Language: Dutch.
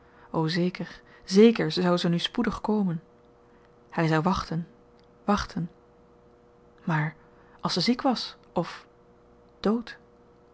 o zeker zéker zou ze nu spoedig komen hy zou wachten wachten maar als ze ziek was of dood